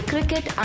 Cricket